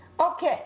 Okay